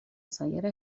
سایر